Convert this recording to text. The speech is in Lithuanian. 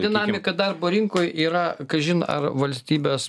dinamika darbo rinkoj yra kažin ar valstybės